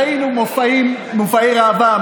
ראינו מופעי ראווה.